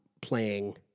playing